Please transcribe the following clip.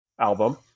album